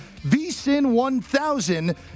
VSIN1000